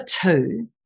two